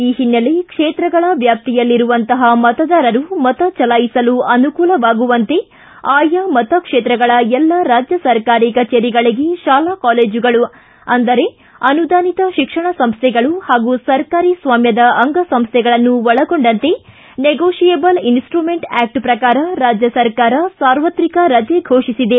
ಈ ಓನ್ನೆಲೆ ಕ್ಷೇತ್ರಗಳ ವ್ಯಾಪ್ತಿಯಲ್ಲಿರುವಂತಹ ಮತದಾರರು ಮತ ಚಲಾಯಿಸಲು ಅನುಕೂಲವಾಗುವಂತೆ ಆಯಾ ಮತ ಕ್ಷೇತ್ರಗಳ ಎಲ್ಲಾ ರಾಜ್ಯ ಸರ್ಕಾರಿ ಕಜೇರಿಗಳಿಗೆ ತಾಲಾ ಕಾಲೇಜುಗಳು ಅಂದರೆ ಅನುದಾನಿತ ಶಿಕ್ಷಣ ಸಂಸ್ವೆಗಳು ಹಾಗೂ ಸರ್ಕಾರಿ ಸ್ವಾಮ್ಯದ ಅಂಗ ಸಂಸ್ಟಗಳನ್ನು ಒಳಗೊಂಡಂತೆ ನೆಗೋಷಿಯೇಬಲ್ ಇನ್ಸ್ಟುಮೆಂಟ್ ಆ್ಯಕ್ಟ್ ಪ್ರಕಾರ ರಾಜ್ಯ ಸರ್ಕಾರ ಸಾರ್ವತ್ರಿಕ ರಜೆ ಘೋಷಿಸಿದೆ